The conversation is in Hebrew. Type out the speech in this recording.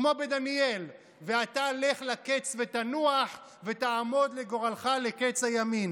כמו בדניאל: "ואתה לך לקץ ותנוח ותעמוד לגורלך לקץ הימין".